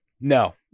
no